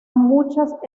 muchas